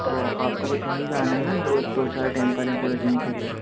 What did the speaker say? تو آپ کو بس یہیں جانا ہے نہ دو دو چار ٹیمپل ہیں پورے دن کے لیے